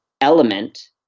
element